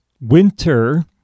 winter